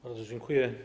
Bardzo dziękuję.